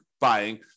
buying